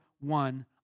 one